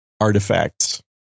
artifacts